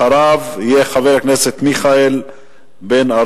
אחריו יהיה חבר הכנסת מיכאל בן-ארי,